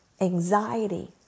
anxiety